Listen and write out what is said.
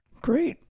Great